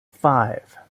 five